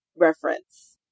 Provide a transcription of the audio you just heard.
Reference